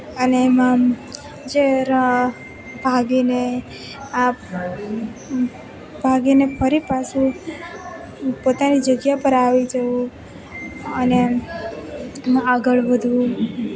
અને એમાં આમ જે ભાગીને આ ભાગીને ફરી પાછું પોતાની જગ્યા પર આવી જવું અને આગળ વધવું